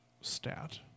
stat